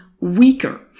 weaker